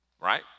Right